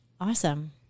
Awesome